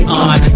on